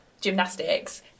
gymnastics